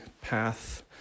path